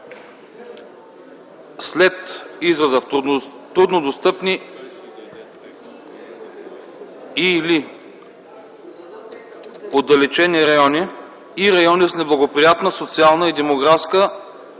след израза „труднодостъпни и/или отдалечени райони и райони с неблагоприятна социална, демографска